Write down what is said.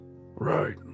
Right